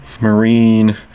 Marine